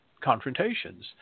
confrontations